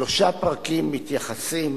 שלושה פרקים מתייחסים